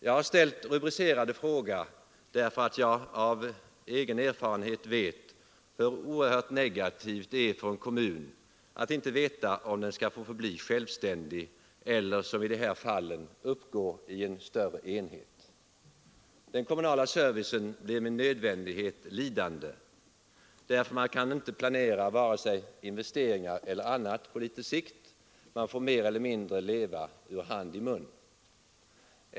Jag ställde min fråga därför att jag av egen erfarenhet vet hur oerhört negativt det är för en kommun att inte veta om den skall få förbli självständig eller — som i de här fallen — uppgå i en större enhet. Den kommunala servicen blir med nödvändighet lidande därför att man inte kan planera vare sig investeringar eller annat på sikt. Man får mer eller mindre leva ur hand i mun.